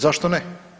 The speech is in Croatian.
Zašto ne?